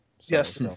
Yes